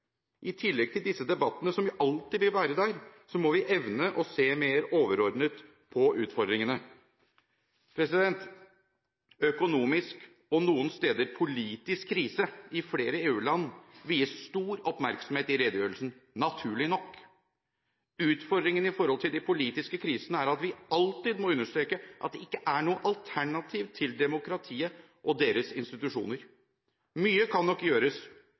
I tillegg til disse debattene, som alltid vil være der, må vi evne å se mer overordnet på utfordringene. Økonomisk – og noen steder politisk – krise i flere EU-land vies stor oppmerksomhet i redegjørelsen, naturlig nok. Utfordringen vedrørende de politiske krisene er at vi alltid må understreke at det ikke er noe alternativ til demokratiet og dets institusjoner. Mye kan nok gjøres